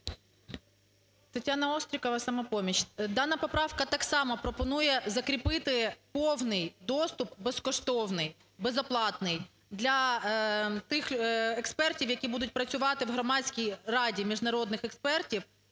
Тетяна Острікова, "Самопоміч". Дана поправка так само пропонує закріпити повний доступ безкоштовний, безоплатний для тих експертів, які будуть працювати в Громадській раді міжнародних експертів,